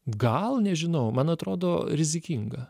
gal nežinau man atrodo rizikinga